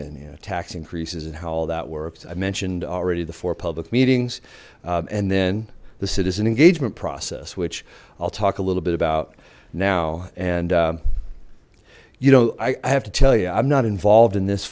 and tax increases and how all that works i mentioned already the four public meetings and then the citizen engagement process which i'll talk a little bit about now and you know i have to tell you i'm not involved in this